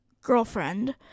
girlfriend